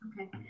Okay